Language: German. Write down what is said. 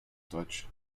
deutsch